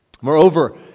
Moreover